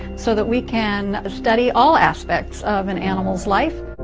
so that we can study all aspects of an animals life.